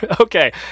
okay